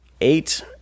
Eight